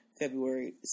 February